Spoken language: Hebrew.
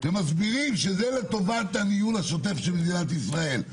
ומסבירים שזה לטובת הניהול השוטף של מדינת ישראל.